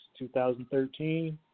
2013